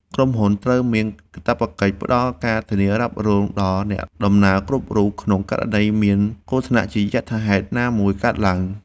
ក្រុមហ៊ុនត្រូវមានកាតព្វកិច្ចផ្ដល់ការធានារ៉ាប់រងដល់អ្នកដំណើរគ្រប់រូបក្នុងករណីមានគ្រោះថ្នាក់ជាយថាហេតុណាមួយកើតឡើង។